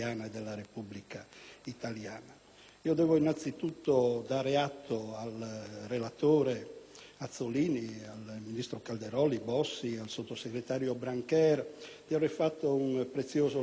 Devo innanzitutto dare atto al relatore Azzollini, al ministro Calderoli, al ministro Bossi e al sottosegretario Brancher di aver fatto un prezioso lavoro di sintesi e di mediazione.